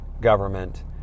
government